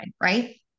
right